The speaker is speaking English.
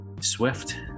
swift